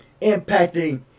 impacting